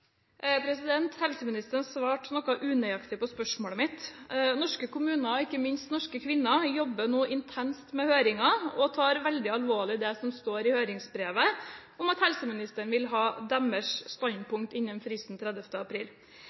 Helseministeren svarte noe unøyaktig på spørsmålet mitt. Norske kommuner og ikke minst norske kvinner jobber nå intenst med høringen og tar veldig alvorlig det som står i høringsbrevet om at helseministeren vil ha deres standpunkt innen fristen den 30. april.